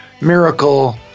miracle